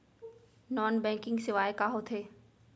non banking सेवाएं का होथे